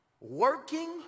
working